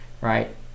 right